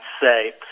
say